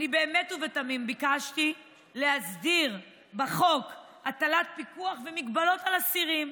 אני באמת ובתמים ביקשתי להסדיר בחוק הטלת פיקוח והגבלות על אסירים.